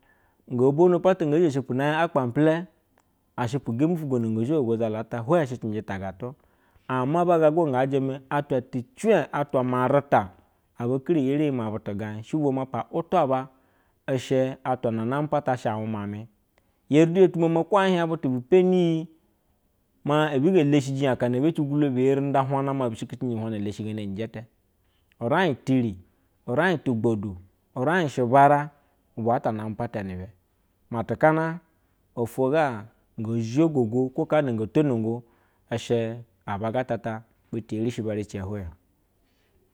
Go bono pata nzhe shupu na hie a papile eshupu gembi fugwa go zgo go zalu ata hile sha tije ta agatu, ame ba gago ga jime to cul atwa marita aba keri yeri ina butu gai uve ma paty aba ishe atwa name apata wume ame, heri yotumo ho hie butu bu peni yi mua gbe leshiji ghana ebeci gulo bu gri nda hulana mabile shiji genitele wai teru, uvai tugaboth urai shebara uwa ata name pata ni be matau kana ofo ga go zogogo nokanago tonogo ishe aba gatagata butu erishi ba rece hweo